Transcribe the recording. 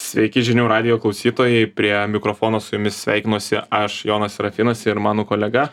sveiki žinių radijo klausytojai prie mikrofono su jumis sveikinuosi aš jonas serafinas ir mano kolega